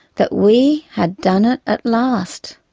that we had done it at last.